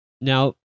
Now